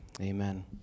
amen